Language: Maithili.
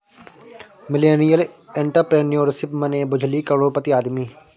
मिलेनियल एंटरप्रेन्योरशिप मने बुझली करोड़पति आदमी